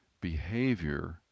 Behavior